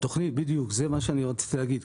זה בדיוק מה שרציתי להגיד.